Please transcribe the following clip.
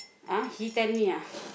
ah he tell me ah